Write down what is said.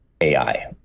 AI